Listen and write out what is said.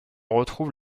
retrouve